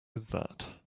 that